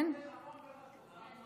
אין לי, כל זה נכון וחשוב, אנחנו מסכימים,